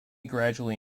gradually